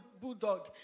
bulldog